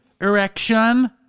Erection